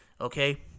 Okay